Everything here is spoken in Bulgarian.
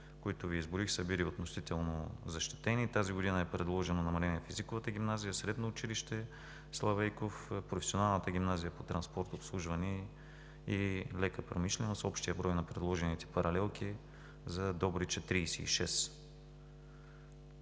които Ви изброих, са били относително защитени. Тази година е предложено намаление в Езиковата гимназия, Средно училище „Пенчо Славейков“, Професионална гимназия по транспорт, обслужване и лека промишленост. Общият брой на предложените паралелки за Добрич е 36.